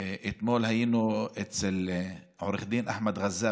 שאתמול היינו אצל עו"ד אחמד גזאוי,